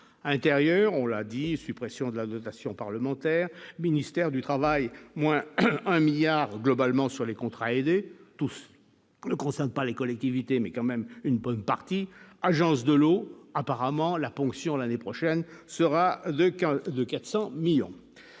intérieure, on l'a dit, suppression de la dotation parlementaire, ministère du Travail, moins 1 milliard globalement sur les contrats aidés, tous ne concerne pas les collectivités, mais quand même une bonne partie, agence de l'eau apparemment la ponction l'année prochaine sera de de 400 millions